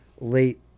late